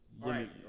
Right